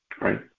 Right